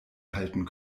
halten